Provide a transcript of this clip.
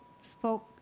spoke